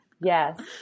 yes